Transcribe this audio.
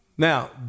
Now